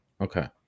Okay